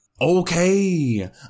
Okay